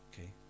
Okay